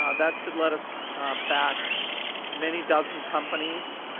um that should let us back many dozen companies.